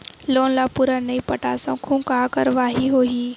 Loan ला पूरा नई पटा सकहुं का कारवाही होही?